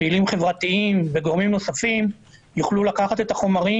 פעילים חברתיים וגורמים נוספים יוכלו לקחת את החומרים